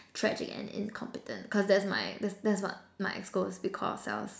tragic and incompetent cause that my that's that's what my schools we call ourselves